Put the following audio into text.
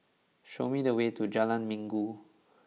show me the way to Jalan Minggu